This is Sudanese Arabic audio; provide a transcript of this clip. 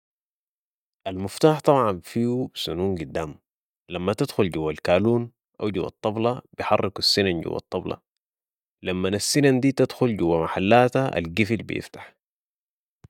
المفتاح طبعاً فيو سنون قدام لما تدخل جوة الكالون أو جوة الطبلة بيحركو سنن جوة الطبلة لمن السنن دي تدخل جوة محلاتا القفل بيفتح